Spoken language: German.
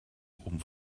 oben